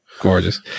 Gorgeous